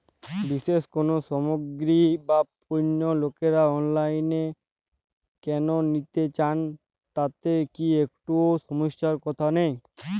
বিশেষ কোনো সামগ্রী বা পণ্য লোকেরা অনলাইনে কেন নিতে চান তাতে কি একটুও সমস্যার কথা নেই?